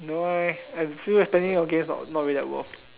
don't know leh I feel like spending on games not not really that worth